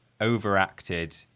overacted